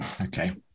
Okay